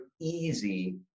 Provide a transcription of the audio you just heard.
easy